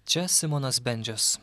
čia simonas bendžius